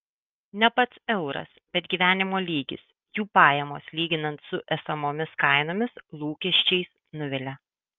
ne pats euras bet gyvenimo lygis jų pajamos lyginant su esamomis kainomis lūkesčiais nuvilia